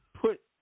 put